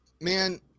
man